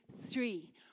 three